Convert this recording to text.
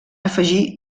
afegir